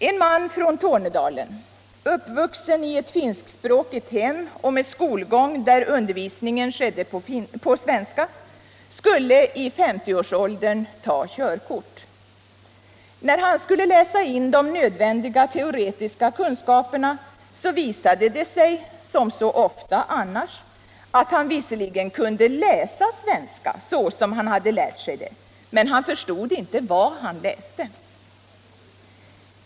En man från Tornedalen, uppvuxen i ett finskspråkigt hem och med skolgång där undervisningen skedde på svenska, skulle i 50-årsåldern ta körkort. När han skulle läsa in de nödvändiga teoretiska kunskaperna så visade det sig, som så ofta annars, att han visserligen kunde läsa svenska som han lärt sig det, men han förstod inte vad han läste.